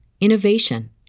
innovation